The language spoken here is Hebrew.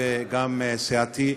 וגם סיעתי,